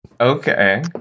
okay